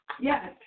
Yes